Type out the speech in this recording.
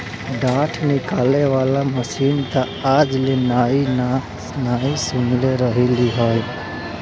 डाँठ निकाले वाला मशीन तअ आज ले नाइ सुनले रहलि हई